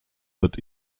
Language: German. wird